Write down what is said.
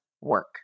work